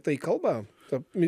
tai kalba apie